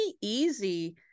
easy